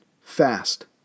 fast